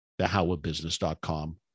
thehowofbusiness.com